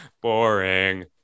Boring